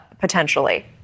potentially